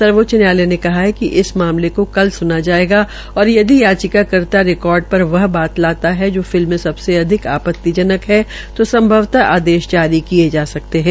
सर्वोच्च न्यायालय ने कहा है कि इस मामले को कल सुना जायेगा और यादि याचिका कर्ता रिकार्ड पर वह बात लाता है कि जो फिलम में सबसे अधिक आपत्तिजनक है जो संमवत आदेश जारी किया जा सकता है